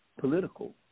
political